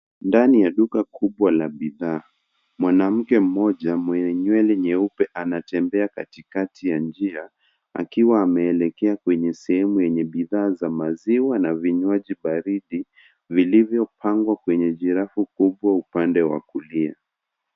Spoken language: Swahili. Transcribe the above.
Ndani ya duka kubwa la bidhaa. Mwanamke mmoja mwenye nywele nyeupe anatembea katikati ya njia akiwa ameelekea kwenye sehemu yenye bidhaa za maziwa na vinywaji baridi vilivyopangwa kwenye jirafu kubwa upande wa kulia.